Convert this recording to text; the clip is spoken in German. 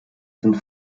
sind